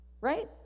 right